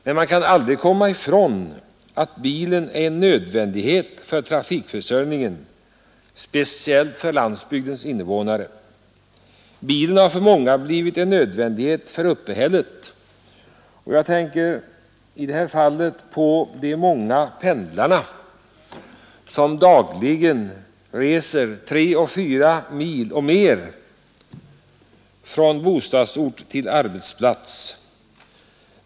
Men man kan aldrig komma ifrån att bilen är en nödvändighet för trafikförsörjningen, speciellt för landsbygdens invånare. Bilen har för många blivit en nödvändighet för uppehället. Jag tänker i detta fall på de många pendlarna som dagligen reser tre till fyra mil och mer från bostadsort till arbetsplats.